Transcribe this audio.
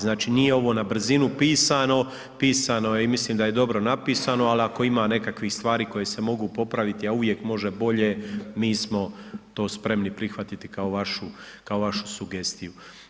Znači nije ovo na brzinu pisano, pisano je i mislim da je dobro napisano, ali ako ima nekakvih stvari koje se mogu popraviti, a uvijek može bolje, mi smo to spremni prihvatiti kao vašu, kao vašu sugestiju.